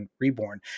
Reborn